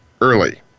early